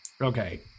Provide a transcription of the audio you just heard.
Okay